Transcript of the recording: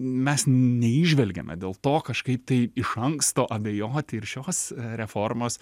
mes neįžvelgiame dėl to kažkaip tai iš anksto abejoti ir šios reformos